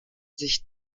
sich